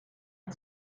had